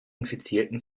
infizierten